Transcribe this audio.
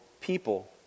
people